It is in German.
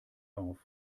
auf